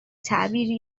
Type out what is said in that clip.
تعبیری